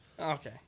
Okay